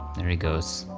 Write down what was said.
there he goes.